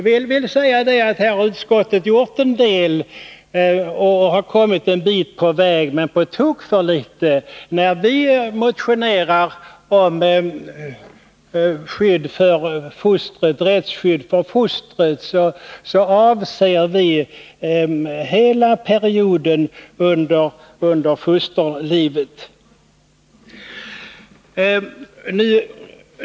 Jag vill säga att utskottet har gjort en del och kommit en bit på väg, men på tok för litet. I vår motion om rättsskydd för fostret avser vi hela perioden av fostrets liv.